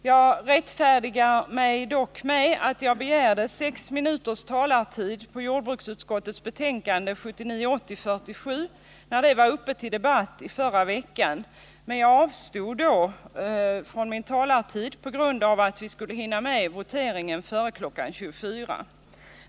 Jag rättfärdigar mig dock med att jag begärde 6 minuters talartid när jordbruksutskottets betänkande 1979/80:47 var uppe till debatt i förra veckan, men avstod då för att vi skulle hinna med voteringen före kl. 24.00.